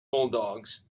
bulldogs